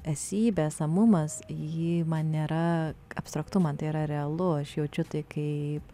esybė esamumas ji man nėra abstraktu man tai yra realu aš jaučiu tai kaip